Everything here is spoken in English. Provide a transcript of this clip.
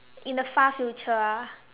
in the far future ah